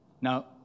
Now